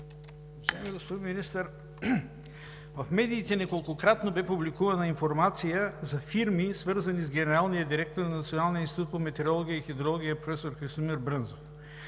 Уважаеми господин Министър! В медиите неколкократно беше публикувана информация за фирми, свързани с генералния директор на Националния институт по метеорология и хидрология професор Христомир Брънзов.